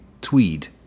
Tweed